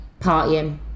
partying